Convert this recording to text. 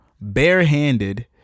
barehanded